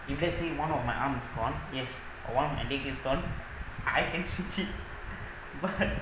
you can see one of my arm is gone yes one I can fix it but